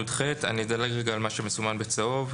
סעיף 10יח. אני אדלג על מה שמסומן בצהוב.